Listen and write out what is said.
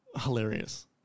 Hilarious